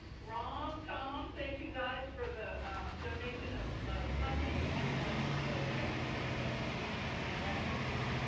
ram, tom, thank you guys for the donation of of funding and the the testing tool that the teams are going to have access to.